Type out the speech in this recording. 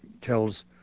Tells